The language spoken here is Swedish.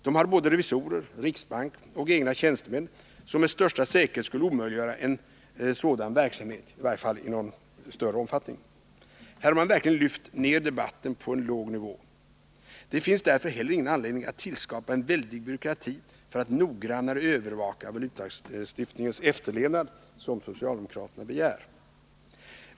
De har både revisorer, riksbank och egna tjänstemän som med största säkerhet skulle omöjliggöra en sådan verksamhet, i varje fall i någon större omfattning. Här har man verkligen lyft ner debatten på en låg nivå. Det finns därför heller ingen anledning att tillskapa en väldig byråkrati för att noggrannare övervaka valutalagstiftningens efterlevnad, som socialdemokraterna begär.